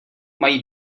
mají